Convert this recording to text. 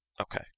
Okay